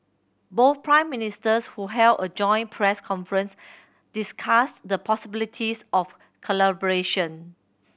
both Prime Ministers who held a joint press conference discussed the possibilities of collaboration